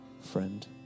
friend